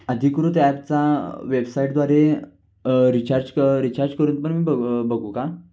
अधिकृत ॲपचा वेबसाईटद्वारे रिचार्ज क रिचार्ज करून पण मी बघ बघू का